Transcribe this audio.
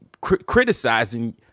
criticizing